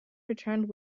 returned